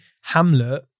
Hamlet